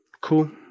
Cool